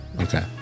okay